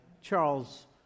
Charles